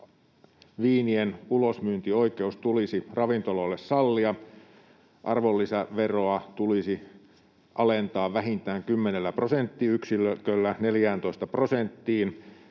viinien ulosmyyntioikeus tulisi ravintoloille sallia, arvonlisäveroa tulisi alentaa vähintään 10 prosenttiyksiköllä 14 prosenttiin,